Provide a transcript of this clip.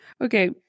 Okay